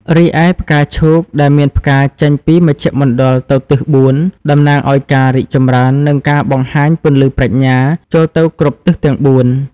រីឯ ផ្កាឈូកដែលមានផ្កាចេញពីមជ្ឈមណ្ឌលទៅទិសបួន តំណាងឲ្យការរីកចម្រើន និងការបង្ហាញពន្លឺប្រាជ្ញាចូលទៅគ្រប់ទិសទាំងបួន។